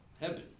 Heaven